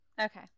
Okay